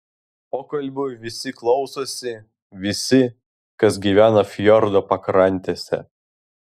pokalbių visi klausosi visi kas gyvena fjordo pakrantėse